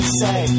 say